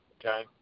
okay